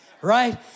right